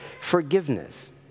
forgiveness